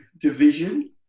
Division